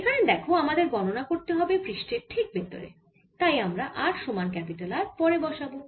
এখানে দেখো আমাদের গণনা করতে হবে পৃষ্ঠের ঠিক ভেতরে তাই আমরা r সমান R পরে বসাব